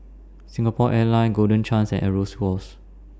Singapore Airlines Golden Chance and Aero scores